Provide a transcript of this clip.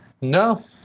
No